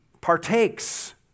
partakes